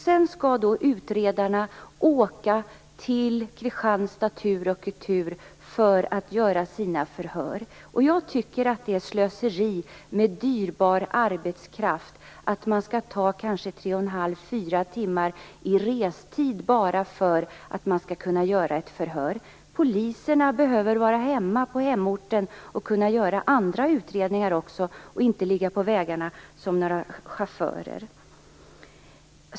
Sedan skall utredarna åka tur och retur till Kristianstad för att hålla sina förhör. Jag tycker att det är slöseri med dyrbar arbetskraft att ta upp tre och en halv till fyra timmar som restid bara för att kunna hålla ett förhör. Poliserna behöver vara på sin hemort för att kunna göra andra utredningar också, och inte ligga på vägarna som några chaufförer.